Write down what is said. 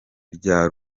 rya